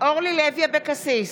אורלי לוי אבקסיס,